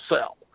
sell